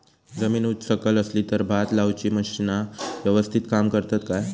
जमीन उच सकल असली तर भात लाऊची मशीना यवस्तीत काम करतत काय?